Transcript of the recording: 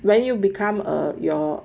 when you become a your